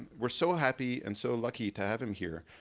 we're so happy and so lucky to have him here.